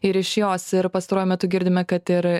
ir iš jos ir pastaruoju metu girdime kad ir